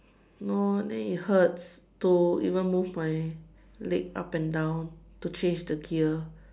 no then it hurts to even move my leg up and down to change the gear